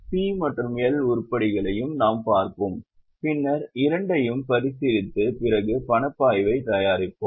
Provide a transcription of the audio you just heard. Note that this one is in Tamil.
P மற்றும் L உருப்படிகளையும் நாம் பார்ப்போம் பின்னர் இரண்டையும் பரிசீலித்த பிறகு பணப்பாய்வை தயாரிப்போம்